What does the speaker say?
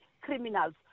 criminals